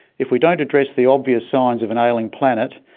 if we don't address the obvious signs of an ailing planet,